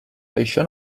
això